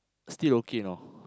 still okay you know